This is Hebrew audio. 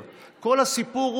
כולם,